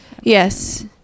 Yes